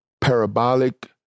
parabolic